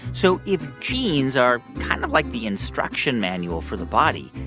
so if genes are kind of like the instruction manual for the body,